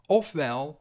ofwel